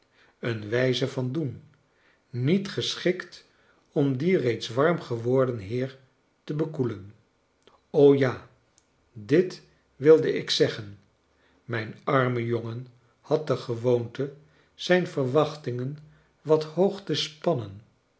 een wijze van doen niet gesohikt om dien reeds warm geworden heer te bekoelen o ja dit wilde ik zeggen mijn arme jongen had de gewoonte zijn verwachtingen wat hoog te spannen